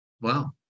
Wow